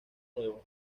nuevos